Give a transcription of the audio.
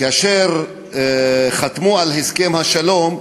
כאשר חתמו על הסכם השלום,